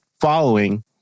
following